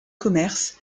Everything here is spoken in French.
commerce